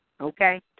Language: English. Okay